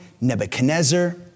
Nebuchadnezzar